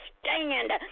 stand